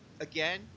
again